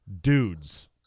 dudes